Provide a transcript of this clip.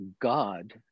God